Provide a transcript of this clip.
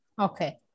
Okay